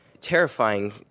terrifying